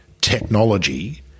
technology